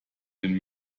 den